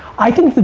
i think that,